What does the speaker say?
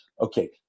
okay